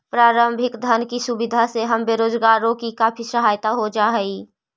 प्रारंभिक धन की सुविधा से हम बेरोजगारों की काफी सहायता हो जा हई